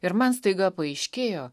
ir man staiga paaiškėjo